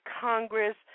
Congress